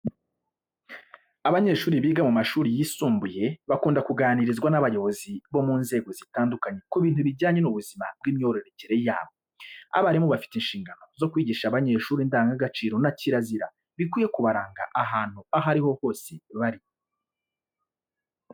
Abanyeshuri biga mu mashuri yisumbuye bakunda kuganirizwa n'abayobozi bo mu nzego zitandukanye ku bintu bijyanye n'ubuzima bw'imyororokere yabo. Abarimu bafite inshingano zo kwigisha abanyeshuri indangagaciro na kirazira bikwiye kubaranga ahantu aho ari ho hose bari.